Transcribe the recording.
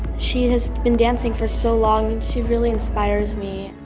she has been dancing for so long and she really inspires me.